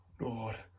Lord